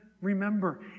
remember